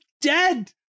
dead